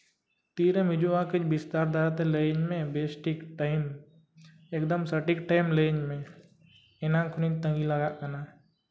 ᱛᱤᱨᱮᱢ ᱦᱤᱡᱩᱜᱼᱟ ᱠᱤ ᱵᱤᱥᱛᱟᱨ ᱫᱷᱟᱨᱟ ᱛᱮ ᱞᱟᱹᱭᱟᱹᱧ ᱢᱮ ᱵᱮᱥ ᱴᱷᱤᱠ ᱴᱟᱭᱤᱢ ᱮᱠᱫᱚᱢ ᱥᱚᱴᱷᱤᱠ ᱴᱟᱭᱤᱢ ᱞᱟᱹᱭᱟᱹᱧ ᱢᱮ ᱮᱱᱟᱝ ᱠᱷᱚᱱᱤᱧ ᱛᱟᱹᱜᱤ ᱞᱟᱜᱟᱜ ᱠᱟᱱᱟ